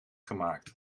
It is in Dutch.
gemaakt